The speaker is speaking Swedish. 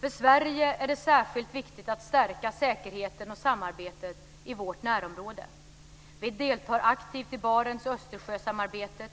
För Sverige är det särskilt viktigt att stärka säkerheten och samarbetet i vårt närområde. Vi deltar aktivt i Barents och Östersjösamarbetet,